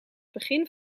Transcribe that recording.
begin